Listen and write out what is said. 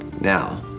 now